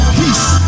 peace